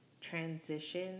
transition